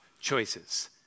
choices